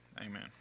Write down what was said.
Amen